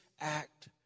act